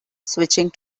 switching